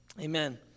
Amen